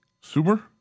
Super